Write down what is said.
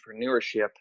entrepreneurship